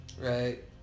Right